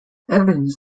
evans